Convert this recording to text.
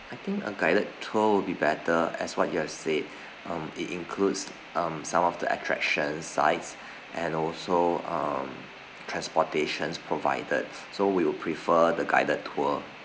I think a guided tour will be better as what you've said um it includes um some of the attraction sites and also um transportations provided so we will prefer the guided tour